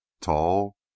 tall